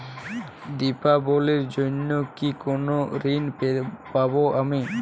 দীপাবলির জন্য কি কোনো ঋণ পাবো আমি?